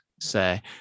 say